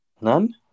None